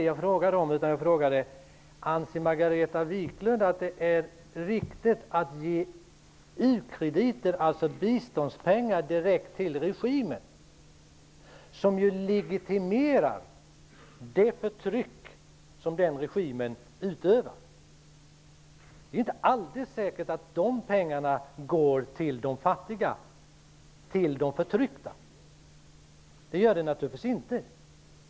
Jag frågade om Margareta Viklund anser att det är riktigt att ge u-krediter, dvs. biståndspengar, direkt till regimen. Det legitimerar ju det förtryck som den regimen utövar. Det är inte alldeles säkert att de pengarna går till de fattiga och de förtryckta. Det gör det naturligtvis inte.